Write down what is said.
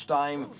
time